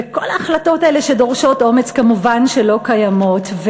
וכל ההחלטות האלה שדורשות אומץ כמובן לא קיימות.